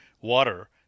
water